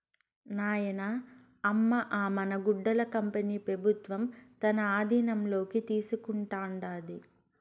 నాయనా, అమ్మ అ మన గుడ్డల కంపెనీ పెబుత్వం తన ఆధీనంలోకి తీసుకుంటాండాది